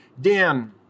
Dan